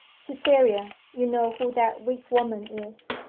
cytherea, you know who that weak woman is.